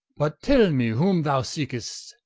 but tell me whom thou seek'st?